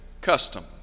custom